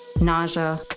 Nausea